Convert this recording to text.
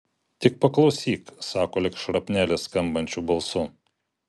tik paklausyk sako lyg šrapnelis skambančiu balsu